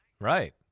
Right